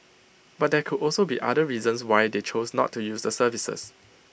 but there could also be other reasons why they choose not to use the services